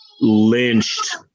lynched